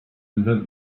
invent